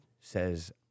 says